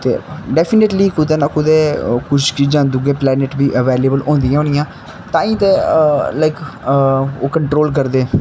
ते डैफिनेटली कुतै नां कुतै कुछ चीजां दूए प्लेनेट बी अवेलबल होंदियां होनियां ताईं ते लाइक ओह् कंट्रोल करदे